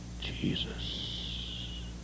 Jesus